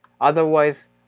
Otherwise